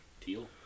Teal